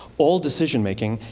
all decision-making,